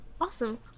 awesome